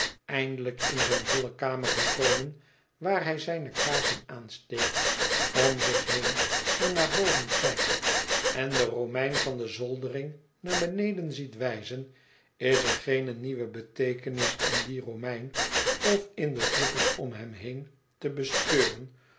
eindelijk in zijne holle kamer gekomen waar hij zijne kaarsen aansteekt om zich heen en naar boven kijkt en den romein van de zoldering naar beneden ziet wijzen is er geene nieuwe beteekenis in dien romein of in de groepen om hem heen te bespeuren